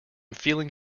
feeling